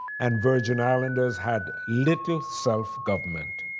and virgin islandsers had little self government.